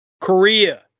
Korea